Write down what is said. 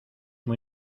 muy